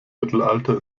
mittelalter